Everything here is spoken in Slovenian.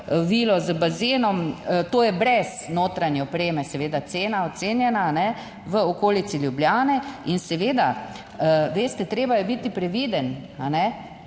z bazenom, to je brez notranje opreme seveda cena ocenjena, v okolici Ljubljane. In seveda, veste, treba je biti previden,